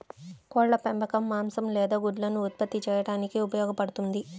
కోళ్ల పెంపకం మాంసం లేదా గుడ్లను ఉత్పత్తి చేయడానికి ఉపయోగపడుతుంది